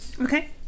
Okay